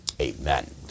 Amen